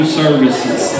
services